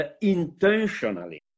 intentionally